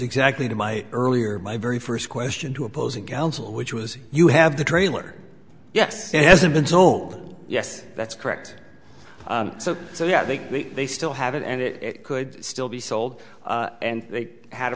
exactly to my earlier my very first question to opposing counsel which was you have the trailer yes it hasn't been told yes that's correct so so yeah i think they still have it and it could still be sold and they had a